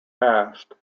past